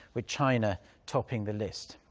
with china topping the list.